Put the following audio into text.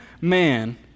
man